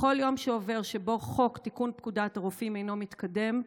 בכל יום שעובר ובו חוק תיקון פקודת הרופאים אינו מתקדם,